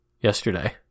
yesterday